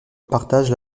partagent